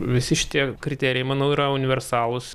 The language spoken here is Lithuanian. visi šitie kriterijai manau yra universalūs